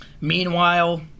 Meanwhile